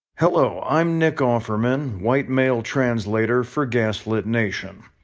hello, i'm nick offerman, white male translator for gaslit nation.